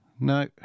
No